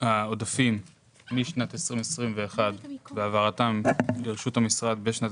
העודפים משנת 2021 והעברתם לרשות המשרד בשנת